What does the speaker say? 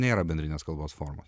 nėra bendrinės kalbos formos